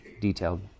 detailed